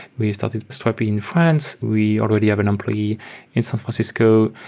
we started strapi in france. we already have an employee in san francisco,